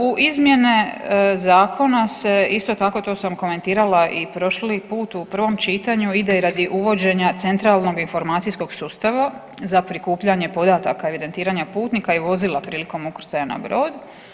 U izmjene zakona se isto tako, to sam komentirala i prošli put u prvom čitanju, ide radi uvođenja centralnog informacijskog sustava za prikupljanje podataka evidentiranja putnika i vozila prilikom ukrcaja na brod.